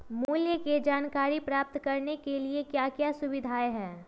मूल्य के जानकारी प्राप्त करने के लिए क्या क्या सुविधाएं है?